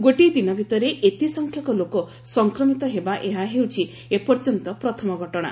ଗୋଟିଏ ଦିନ ଭିତରେ ଏତେ ସଂଖ୍ୟକ ଲୋକ ସଂକ୍ରମିତ ହେବା ଏହା ହେଉଛି ଏପର୍ଯ୍ୟନ୍ତ ପ୍ରଥମ ଘଣଣା